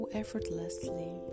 effortlessly